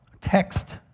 text